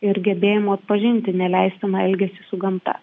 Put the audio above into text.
ir gebėjimo atpažinti neleistiną elgesį su gamta